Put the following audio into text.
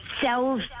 cells